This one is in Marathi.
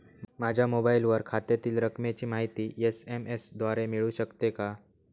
माझ्या मोबाईलवर खात्यातील रकमेची माहिती एस.एम.एस द्वारे मिळू शकते का?